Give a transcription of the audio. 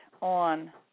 on